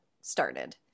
started